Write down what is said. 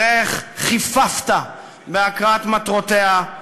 תראה איך חיפפת בהקראת מטרותיה,